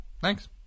thanks